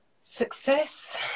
success